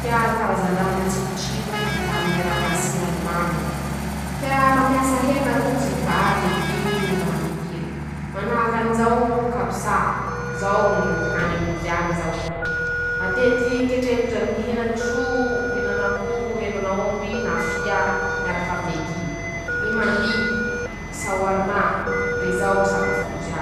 ,tea ñy karazan-draha matsirotsiro vita aminy ñy raha masira ro mame; tea mampiasa hena rozy, vary, legimy noho ñy raha mitiry ;manahaky anizao ñy kabsa, zao ñy hanin-drozy añy zao ,matetiky ketrehin-drozy aminy ñy henan-kiso o ,henan'akoho o ,henan'aomby na fia miarakaminy legimy ;ñy mandi ,ñy saoarmà ,zao ñy sakafon-drozy añy.